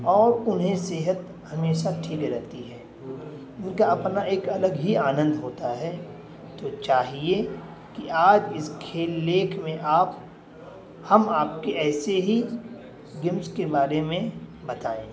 اور انہیں صحت ہمیشہ ٹھیک رہتی ہے ان کا اپنا ایک الگ ہی آنند ہوتا ہے تو چاہیے کہ آج اس کھیل لیکھ میں آپ ہم آپ کے ایسے ہی گیمس کے بارے میں بتائیں